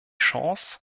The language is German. chance